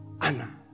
Anna